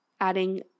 adding